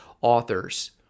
authors